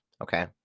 okay